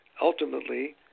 ultimately